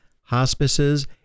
hospices